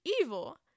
evil